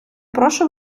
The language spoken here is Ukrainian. прошу